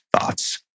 thoughts